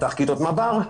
פתח כיתות מב"ר,